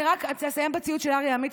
אני רק אסיים בציטוט של אריה עמית,